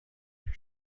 your